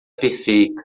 perfeita